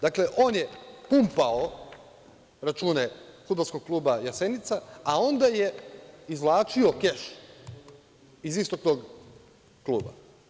Dakle, on je pumpao račune FK „Jasenica“, a onda je izvlačio keš iz istog tog kluba.